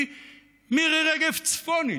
מירי רגב צפונית.